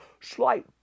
slight